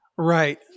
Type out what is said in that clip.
Right